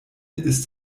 ist